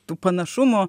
tų panašumų